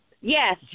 Yes